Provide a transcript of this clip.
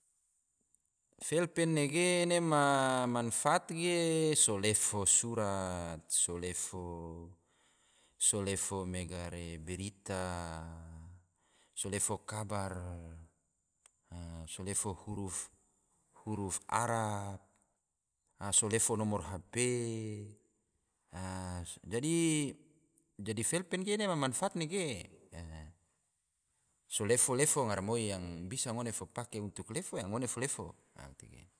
Felpen nege ene ma manfaat ge, so lefo surat, so lefo mega re berita, so lefo kabar, so lefo huruf arab, so lefo nomor hp, dadi felpen ge ena na manfaat nege, so lefo-lefo garamoi yang bisa ngone fo pake untuk ya ngone fo lefo. a tege